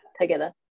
together